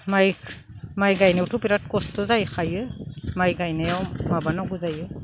माइ माइ गायनायाव थ' बिराद खस्थ' जाहै खायो माइ गायनायाव माबा नांगौ जायो